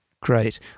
Great